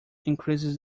increases